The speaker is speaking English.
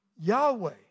Yahweh